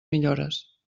millores